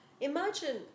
imagine